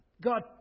God